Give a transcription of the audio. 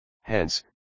Hence